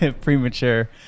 premature